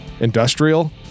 industrial